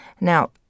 Now